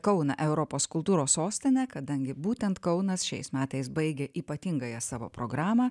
kauną europos kultūros sostinę kadangi būtent kaunas šiais metais baigė ypatingąją savo programą